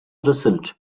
result